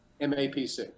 MAPC